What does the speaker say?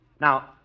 Now